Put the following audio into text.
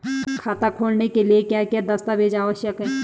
खाता खोलने के लिए क्या क्या दस्तावेज़ आवश्यक हैं?